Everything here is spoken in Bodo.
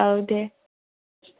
औ दे